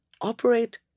operate